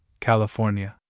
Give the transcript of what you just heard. California